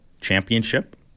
Championship